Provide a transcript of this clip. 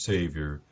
Savior